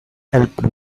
helped